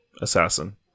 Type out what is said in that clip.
assassin